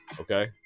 Okay